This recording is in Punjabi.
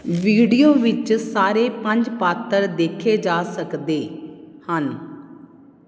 ਵੀਡੀਓ ਵਿੱਚ ਸਾਰੇ ਪੰਜ ਪਾਤਰ ਦੇਖੇ ਜਾ ਸਕਦੇ ਹਨ